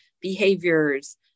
behaviors